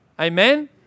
Amen